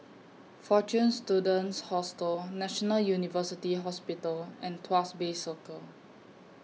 Fortune Students Hostel National University Hospital and Tuas Bay Circle